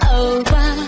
over